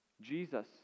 Jesus